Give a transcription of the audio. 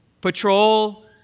Patrol